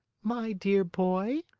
my dear boy,